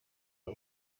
uwo